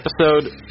episode